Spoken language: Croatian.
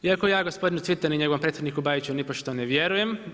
Iako ja gospodinu Cvitanu i njegovom predsjedniku Bajiću nipošto ne vjerujem.